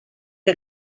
que